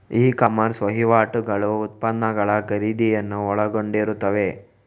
E commerce ವಹಿವಾಟುಗಳು ಉತ್ಪನ್ನಗಳ ಖರೀದಿಯನ್ನು ಒಳಗೊಂಡಿರುತ್ತವೆ